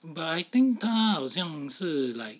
but I think 他好像是 like